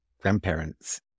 grandparents